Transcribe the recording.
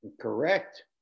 Correct